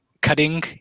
cutting